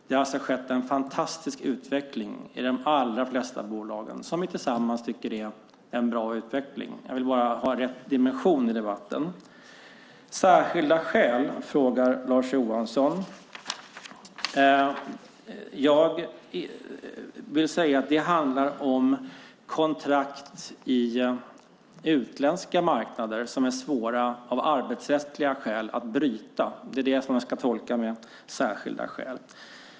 Det har alltså skett en fantastisk utveckling i de allra flesta bolag som vi alla tycker är en bra utveckling. Jag vill bara ha rätt dimension i debatten. Lars Johansson frågar om särskilda skäl. Det handlar om kontrakt på utländska marknader som av arbetsrättsliga skäl är svåra att bryta. Det är så man ska tolka särskilda skäl.